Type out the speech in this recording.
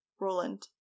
Roland